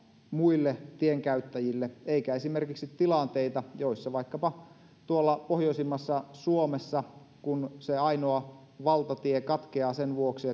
muille tienkäyttäjille eikä esimerkiksi tilanteita joita vaikkapa tuolla pohjoisimmassa suomessa on kun se ainoa valtatie katkeaa sen vuoksi